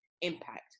impact